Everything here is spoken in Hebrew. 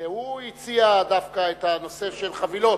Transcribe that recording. היה קשה, הוא הציע דווקא את הנושא של חבילות.